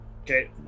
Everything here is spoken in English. okay